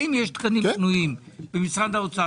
האם יש תקנים פנויים במשרד האוצר,